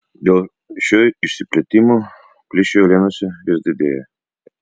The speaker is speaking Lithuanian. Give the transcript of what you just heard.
dėl šio išsiplėtimo plyšiai uolienose vis didėja